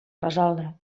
resoldre